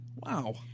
Wow